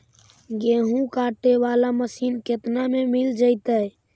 गेहूं काटे बाला मशीन केतना में मिल जइतै?